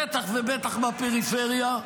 בטח ובטח בפריפריה,